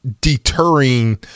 deterring